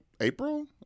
April